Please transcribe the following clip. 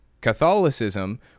Catholicism